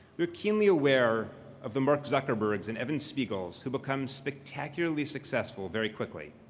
you're keenly aware of the mark zuckerberg's and evan spiegel's who become spectacularly successful very quickly.